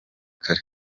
kare